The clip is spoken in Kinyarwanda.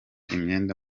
imyenda